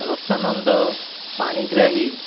Rasananda Panigrahi